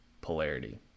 polarity